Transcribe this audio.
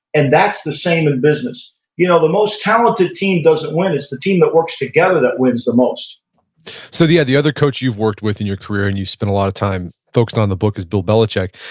and that's the same in business you know the most talented team doesn't win, it's the team that works together that wins the most so, the the other coach you've worked with in your career and you've spent a lot of time focused on in the book is bill belichick.